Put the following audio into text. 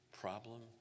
problem